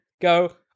go